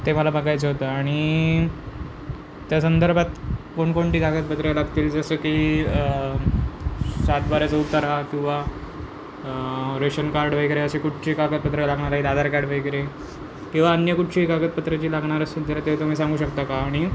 ते मला बघायचं होतं आणि त्या संदर्भात कोणकोणती कागदपत्रं लागतील जसं की सातबाराचा उतरा किंवा रेशन कार्ड वगैरे असे कुठचे कागदपत्रं लागणार आधार कार्ड वगैरे किंवा अन्य कुठची कागदपत्रं जे लागणार असतील तर ते तुम्ही सांगू शकता का आणि